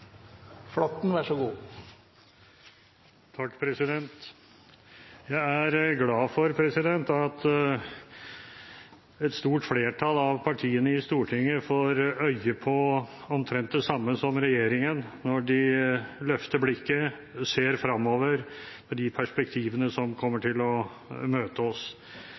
glad for at et stort flertall av partiene i Stortinget får øye på omtrent det samme som regjeringen når de løfter blikket og ser fremover – de perspektivene som kommer til å møte oss.